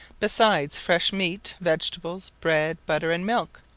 besides fresh meat, vegetables, bread, butter, and milk.